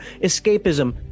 escapism